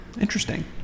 Interesting